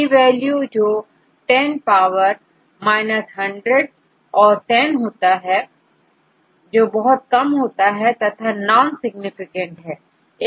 E value जो 10पावर 100 और10 होता है जो बहुत कम होता है तथा नॉन सिग्निफिकेंट है